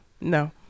No